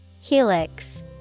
Helix